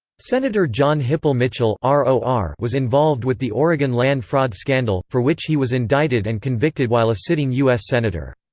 senator john hipple mitchell um so was involved with the oregon land fraud scandal, for which he was indicted and convicted while a sitting u s. senator.